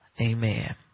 Amen